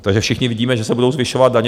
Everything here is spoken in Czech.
Takže všichni vidíme, že se budou zvyšovat daně.